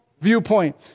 viewpoint